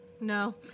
No